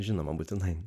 žinoma būtinai